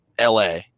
la